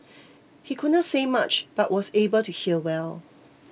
he could not say much but was able to hear well